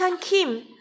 Kim